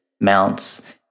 mounts